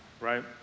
right